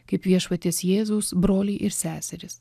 kaip viešpaties jėzaus broliai ir seserys